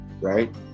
right